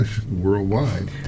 worldwide